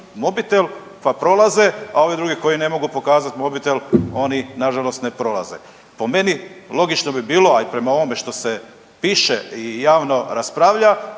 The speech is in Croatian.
mobitel pa prolaze, a ovi drugi koji ne mogu pokazati mobitel oni nažalost ne prolaze. Po meni logično bi bilo, a i prema ovome što se piše i javno raspravlja,